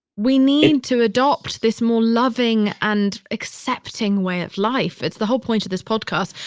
we need to adopt this more loving and accepting way of life. it's the whole point of this podcast.